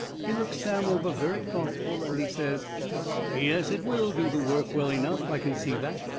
he looks sam over very thoughtful, and he says yes, it will do the work well enough. i can see that.